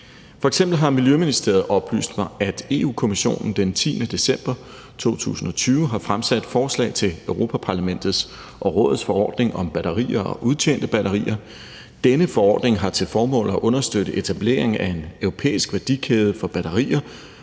F.eks. har Miljøministeriet oplyst mig, at Europa-Kommissionen den 10. december 2020 har fremsat forslag til Europa-Parlamentets og Rådets forordning om batterier og udtjente batterier. Denne forordning har til formål at understøtte etableringen af en europæisk værdikæde for batterier